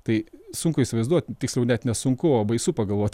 tai sunku įsivaizduot tiksliau net ne sunku o baisu pagalvot